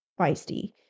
feisty